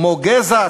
כמו גזע,